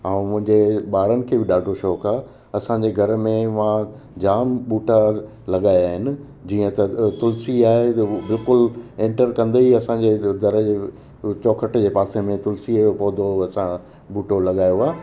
ऐं मुंहिंजे ॿारनि खे बि ॾाढो शौक़ु आहे असांजे घर में मां जामु ॿूटा लॻाया आहिनि जीअं त तुलसी आहे हू बिल्कुलु एंटर कंदे ई असांजे घर जे चोखठ जे पासे में तुलसीअ जो पौधो असां ॿूटो लॻायो आहे